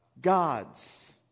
gods